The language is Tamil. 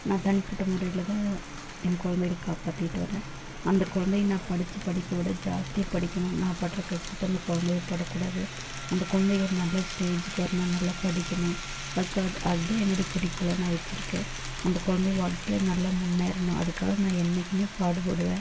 நான் தனிப்பட்ட முறையில்தான் என் குழந்தைகள காப்பாத்திக்கிட்டு வரேன் அந்த குழந்தைங்க நான் படித்த படிப்பை விட ஜாஸ்த்தி படிக்கணும் நான் படுகிற கஷ்டத்தை அந்த குழந்தைங்க பட கூடாது அந்த குழந்தைங்க ஒரு நல்ல ஸ்டேஜ்க்கு வரணும் நல்லா படிக்கணும் அதுக்காக அதுதான் என்னோடய குறிக்கோளாக நான் வச்சிருக்கேன் அந்த குழந்தைங்க வாழ்க்கையில் நல்லா முன்னேறணும் அதுக்காக நான் என்றைக்குமே பாடுபடுவேன்